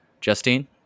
justine